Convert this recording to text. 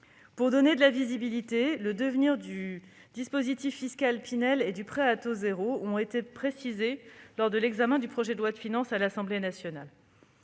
Pour donner de la visibilité, on a précisé le devenir du dispositif fiscal Pinel et du prêt à taux zéro lors de l'examen du projet de loi de finances à l'Assemblée nationale.